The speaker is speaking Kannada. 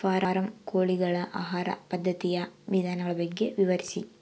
ಫಾರಂ ಕೋಳಿಗಳ ಆಹಾರ ಪದ್ಧತಿಯ ವಿಧಾನಗಳ ಬಗ್ಗೆ ವಿವರಿಸಿ?